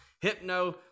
hypno